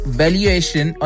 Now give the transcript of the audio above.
valuation